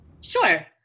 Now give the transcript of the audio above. Sure